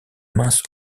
mince